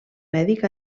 mèdic